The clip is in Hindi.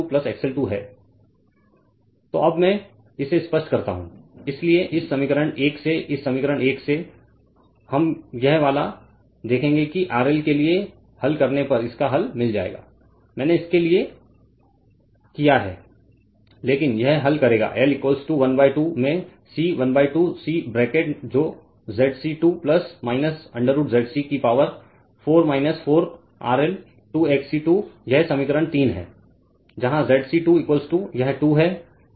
Refer Slide Time 0737 तो अब मैं इसे स्पष्ट करता हूं इसलिए इस समीकरण 1 से इस समीकरण 1 से हम यह वाला देखेंगे कि RL के लिए हल करने पर इसका हल मिल जाएगा मैंने इसके लिए किया है लेकिन यह हल करेगा L 1 2 में C 12 C ब्रैकेट जो ZC 2 √ ZC कि पावर 4 4 RL 2 XC 2 यह समीकरण 3 है जहां ZC 2 यह 2 है